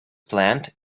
plant